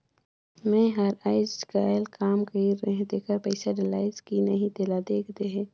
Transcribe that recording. मै हर अईचकायल काम कइर रहें तेकर पइसा डलाईस कि नहीं तेला देख देहे?